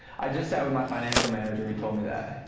i just sat with my financial manager. he told me that.